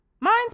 Mine's